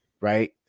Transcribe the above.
right